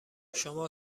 شما